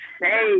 Hey